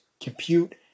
compute